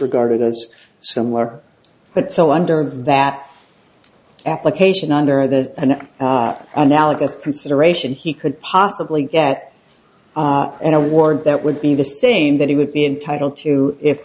regarded as similar but so under that application under that an analogous consideration he could possibly get an award that would be the same that he would be entitled to if